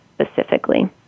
specifically